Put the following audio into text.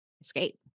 escape